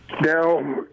Now